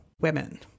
women